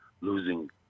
losing